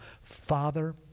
Father